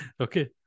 Okay